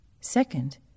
Second